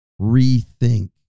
rethink